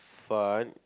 fun